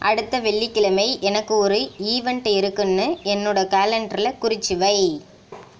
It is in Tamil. அடுத்த வெள்ளிக்கிழமை எனக்கு ஒரு ஈவென்ட் இருக்குதுன்னு என்னோட கேலண்டரில் குறித்து வை